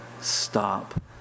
stop